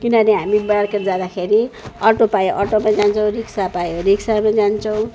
किनभने हामी मार्केट जाँदाखेरि अटो पाए अटोमै जान्छौँ रिक्सा पाए रिक्सामै जान्छौँ